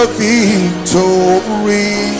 victory